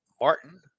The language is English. Martin